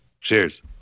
Cheers